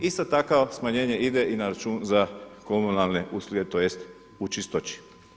Isto takvo smanjenje ide i na račun za komunalne usluge, tj. u čistoći.